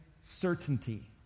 certainty